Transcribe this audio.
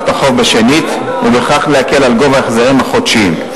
החוב בשנית ובכך להקל על גובה ההחזרים החודשיים,